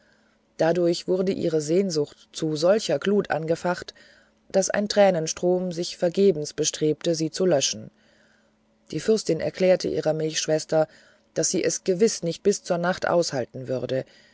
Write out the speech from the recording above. dadurch wurde ihre sehnsucht zu solcher glut angefacht daß ein tränenstrom sich vergebens bestrebte sie zu löschen die fürstin erklärte ihrer milchschwester daß sie es gewiß nicht bis zur nacht aushalten würde